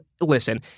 Listen